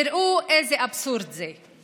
תראו איזה אבסורד זה.